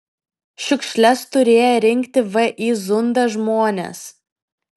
šiukšles turėję rinkti vį zunda žmonės